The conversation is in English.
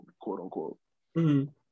quote-unquote